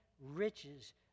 riches